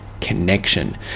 connection